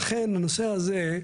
התכנונית.